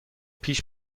پیش